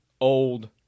old